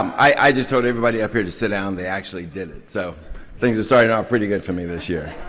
um i just told everybody up here to sit down. they actually did it, so things are starting out pretty good for me this year.